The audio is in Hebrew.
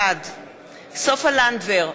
בעד סופה לנדבר,